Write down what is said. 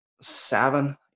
seven